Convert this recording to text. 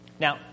Now